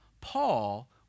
Paul